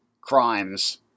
crimes